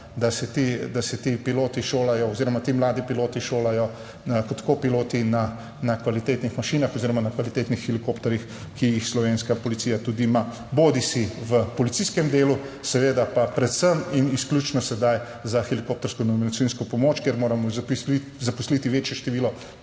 da se ti piloti šolajo oziroma ti mladi piloti šolajo kot kopiloti na kvalitetnih mašinah oziroma na kvalitetnih helikopterjih, ki jih Slovenska policija tudi ima, bodisi v policijskem delu, seveda pa predvsem in izključno, sedaj za helikoptersko nujno medicinsko pomoč, kjer moramo zaposliti večje število